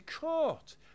court